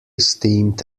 steamed